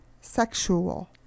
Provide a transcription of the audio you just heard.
Sexual